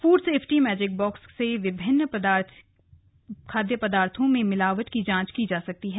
food safety magic box से विभिन्न प्रकार के खाद्य पदार्थों में मिलावट की जांच की जा सकती है